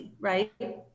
right